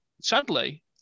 sadly